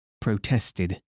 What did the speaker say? protested